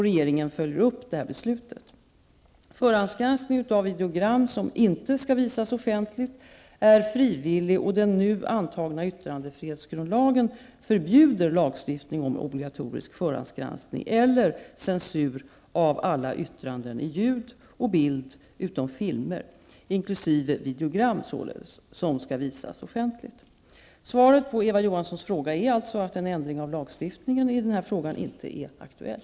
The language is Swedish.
Regeringen följer upp detta beslut. Förhandsgranskning av videogram som inte skall visas offentligt är frivillig, och den nu antagna yttrandefrihetsgrundlagen förbjuder lagstiftning om obligatorisk förhandsgranskning eller censur av alla yttranden i ljud och bild utom filmer, inkl. videogram, som skall visas offentligt. Svaret på Eva Johanssons fråga är alltså att en ändring av lagstiftningen i denna fråga inte är aktuell.